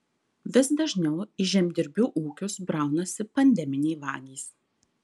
vis dažniau į žemdirbių ūkius braunasi pandeminiai vagys